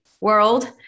world